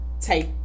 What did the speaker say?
take